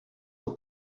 aux